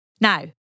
Now